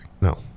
No